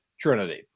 Trinity